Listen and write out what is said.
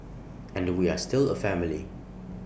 and we are still A family